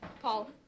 Paul